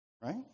Right